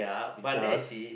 pictures